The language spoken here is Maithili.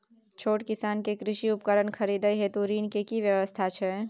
छोट किसान के कृषि उपकरण खरीदय हेतु ऋण के की व्यवस्था छै?